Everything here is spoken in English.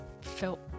felt